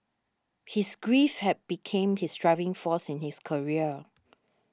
his grief had became his driving force in his career